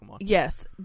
Yes